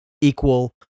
equal